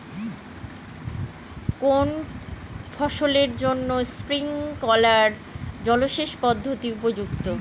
কোন ফসলের জন্য স্প্রিংকলার জলসেচ পদ্ধতি উপযুক্ত?